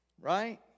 Right